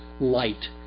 light